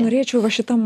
norėčiau va šitam